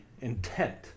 intent